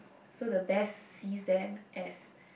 so the best hidden as